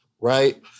right